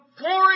pouring